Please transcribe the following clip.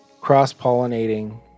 Cross-pollinating